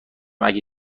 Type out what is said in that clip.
اگه